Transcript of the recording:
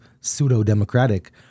pseudo-democratic